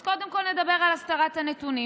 אז קודם כול נדבר על הסתרת הנתונים.